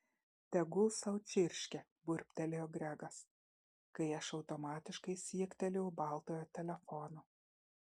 tegul sau čirškia burbtelėjo gregas kai aš automatiškai siektelėjau baltojo telefono